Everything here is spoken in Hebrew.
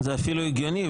זה אפילו הגיוני,